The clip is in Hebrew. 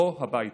בוא הביתה.